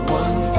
one